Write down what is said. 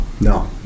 no